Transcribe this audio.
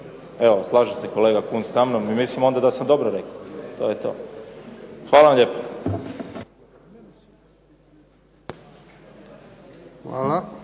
Evo, slaže se kolega Kunst sa mnom, mislim da sam dobro rekao onda. To je to. Hvala vam lijepo.